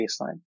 baseline